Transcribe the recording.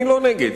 אני לא נגד,